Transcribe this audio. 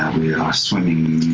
we are swimming a